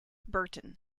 burton